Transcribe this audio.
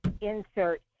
insert